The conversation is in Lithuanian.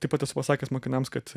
taip pat esu pasakęs mokiniams kad